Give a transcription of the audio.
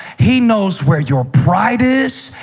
he knows where your pride is.